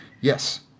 Yes